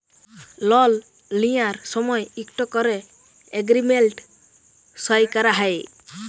লল লিঁয়ার সময় ইকট ক্যরে এগ্রীমেল্ট সই ক্যরা হ্যয়